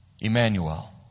Emmanuel